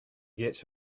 get